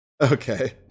Okay